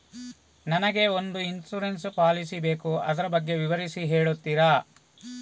ನನಗೆ ಒಂದು insurance policy ಬೇಕು ಅದರ ಬಗ್ಗೆ ವಿವರಿಸಿ ಹೇಳುತ್ತೀರಾ?